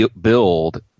build –